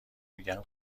میگن